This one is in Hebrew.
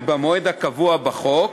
במועד הקבוע בחוק,